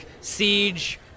Siege